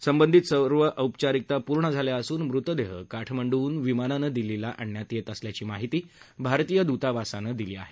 संबंधित सर्व औपचारिकता पूर्ण झाल्या असून मृतदेह काठमांडूहन विमानानं दिल्लीला आणण्यात येत असल्याची माहिती भारतीय दूतावासानं दिली आहे